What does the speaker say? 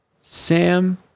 Sam